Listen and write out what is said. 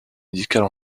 médicale